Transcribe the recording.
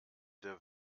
der